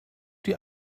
die